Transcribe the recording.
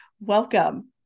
Welcome